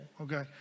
okay